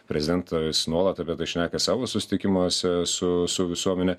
prezidentas nuolat apie tai šneka savo susitikimuose su su visuomene